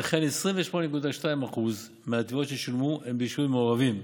וכן 28.2% מהתביעות ששולמו הם ביישובים מעורבים.